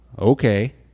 okay